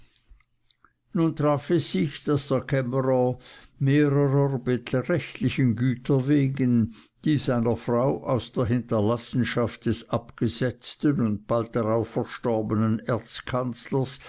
nun traf es sich daß der kämmerer mehrerer beträchtlichen güter wegen die seiner frau aus der hinterlassenschaft des abgesetzten und bald darauf verstorbenen